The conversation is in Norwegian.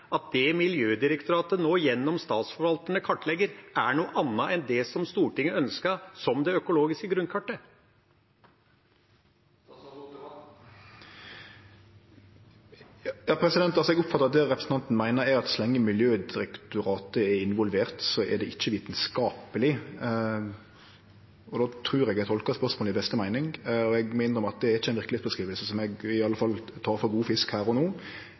at det Miljødirektoratet nå gjennom statsforvalterne kartlegger, er noe annet enn det Stortinget ønsket som det økologiske grunnkartet. Eg oppfattar at det representanten Lundteigen meiner, er at så lenge Miljødirektoratet er involvert, er det ikkje vitskapeleg. Då trur eg at eg tolkar spørsmålet i beste meining. Eg må innrømme at det i alle fall ikkje er ei verkelegheitsbeskriving som eg tek for god fisk her og no,